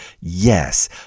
Yes